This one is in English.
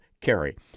carry